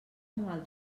anual